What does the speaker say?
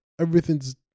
everything's